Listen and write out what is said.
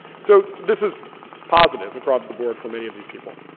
so this is positive across the board for many of these people.